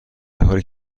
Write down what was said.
حالی